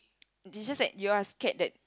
it's just that you are scared that